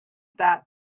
that